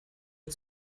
der